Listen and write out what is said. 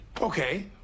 Okay